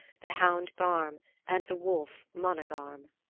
the hound garm and the wolf managarm.